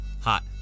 Hot